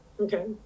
Okay